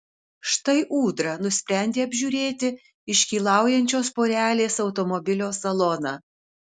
štai ūdra nusprendė apžiūrėti iškylaujančios porelės automobilio saloną